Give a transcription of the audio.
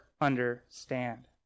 understand